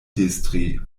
distri